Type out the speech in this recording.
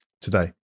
today